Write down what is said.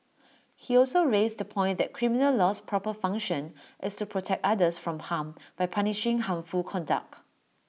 he also raised the point that criminal law's proper function is to protect others from harm by punishing harmful conduct